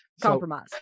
compromise